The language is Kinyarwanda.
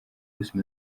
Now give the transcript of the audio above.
bruce